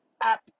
up